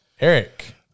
Eric